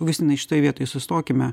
justinai šitoj vietoj sustokime